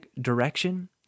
direction